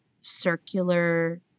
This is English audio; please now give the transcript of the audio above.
circular